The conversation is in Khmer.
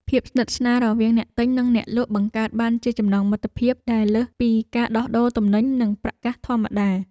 ភាពស្និទ្ធស្នាលរវាងអ្នកទិញនិងអ្នកលក់បង្កើតបានជាចំណងមិត្តភាពដែលលើសពីការដោះដូរទំនិញនិងប្រាក់កាសធម្មតា។